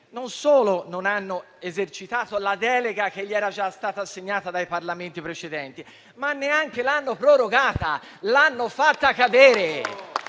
non solo non hanno esercitato la delega che gli era già stata assegnata dai Parlamenti precedenti, ma neanche l'hanno prorogata. L'hanno fatta decadere!